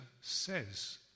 says